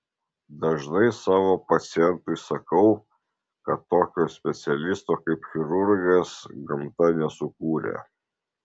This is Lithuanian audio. dažnai savo pacientui sakau kad tokio specialisto kaip chirurgas gamta nesukūrė